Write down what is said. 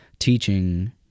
teaching